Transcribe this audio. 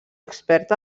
expert